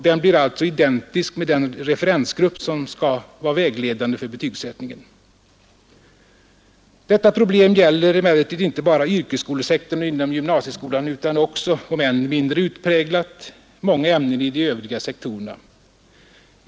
Den blir alltså identisk med den referensgrupp som skall vara vägledande för betygsättningen. Detta problem gäller emellertid inte bara yrkesskolesektorn inom gymnasieskolan, utan också — om än mindre utpräglat — många ämnen i de övriga sektorerna.